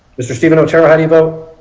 esther stephen otero how do you vote?